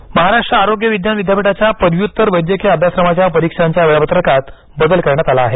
परीक्षा महाराष्ट्र आरोग्य विज्ञान विद्यापीठाच्या पदव्युत्तर वैद्यकीय अभ्यासक्रमाच्या परीक्षांच्या वेळापत्रकात बदल करण्यात आला आहे